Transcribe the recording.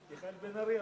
מיכאל בן-ארי,